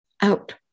out